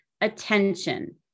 attention